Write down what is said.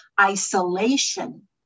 Isolation